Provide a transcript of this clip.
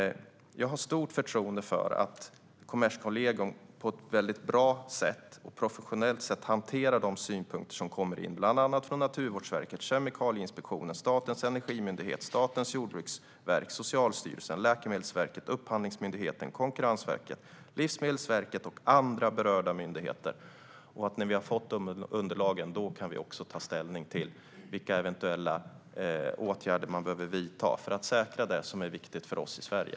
Jag har stort förtroende för att Kommerskollegium på ett väldigt bra och professionellt sätt hanterar de synpunkter som kommer in bland annat från Naturvårdsverket, Kemikalieinspektionen, Statens energimyndighet, Statens jordbruksverk, Socialstyrelsen, Läkemedelsverket, Upphandlingsmyndigheten, Konkurrensverket, Livsmedelsverket och andra berörda myndigheter. När vi har fått de underlagen kan vi också ta ställning till vilka eventuella åtgärder man behöver vidta för att säkra det som är viktigt för oss i Sverige.